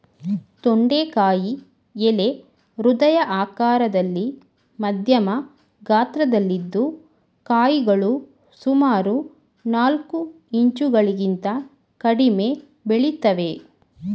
ತೊಂಡೆಕಾಯಿ ಎಲೆ ಹೃದಯ ಆಕಾರದಲ್ಲಿ ಮಧ್ಯಮ ಗಾತ್ರದಲ್ಲಿದ್ದು ಕಾಯಿಗಳು ಸುಮಾರು ನಾಲ್ಕು ಇಂಚುಗಳಿಗಿಂತ ಕಡಿಮೆ ಬೆಳಿತವೆ